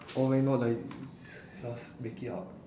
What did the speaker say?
or why not like just make it up